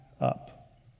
up